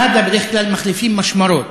במד"א בדרך כלל מחליפים משמרות,